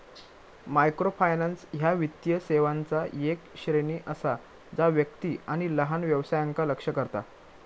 microfinance ह्या वित्तीय सेवांचा येक श्रेणी असा जा व्यक्ती आणि लहान व्यवसायांका लक्ष्य करता